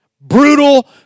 brutal